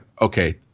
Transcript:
okay